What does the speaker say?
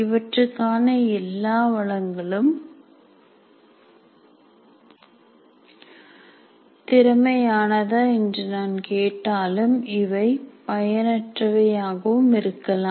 இவற்றுக்கான எல்லா வளங்களும் திறமையானதா என்று நான் கேட்டாலும் இவை பயனற்றவை யாகவும் இருக்கலாம்